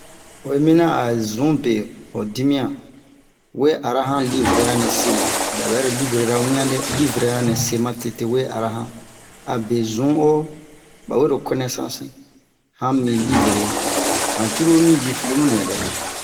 oyi minian a zunbe ho dimiɲan we ara han livrera nɛ semu babɛro livrera wian dɛ livrera nɛse matete we ara han abe zun o ba wero connaissance han mi livre han curulu min ji film dɛ